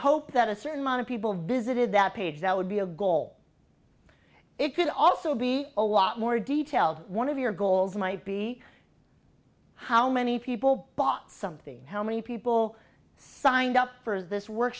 hope that a certain amount of people visited that page that would be a goal it could also be a lot more detailed one of your goals might be how many people bought something how many people signed up for this work